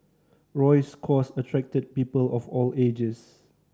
Roy's cause attracted people of all ages